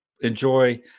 enjoy